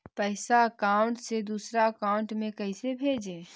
पैसा अकाउंट से दूसरा अकाउंट में कैसे भेजे?